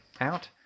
out